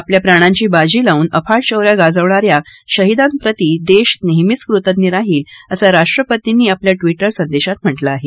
आपल्या प्राणांची बाजी लावून अफा शौर्य दाखवणाऱ्या शहीदांप्रती देश नेहमीच कृतज्ञ राहील असं राष्ट्रपतींनी आपल्या क्री े संदेशात म्हाज़ आहे